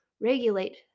regulate